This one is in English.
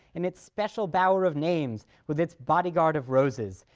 in its special bower of names with its bodyguard of roses,